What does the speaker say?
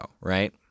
right